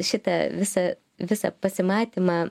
šitą visą visą pasimatymą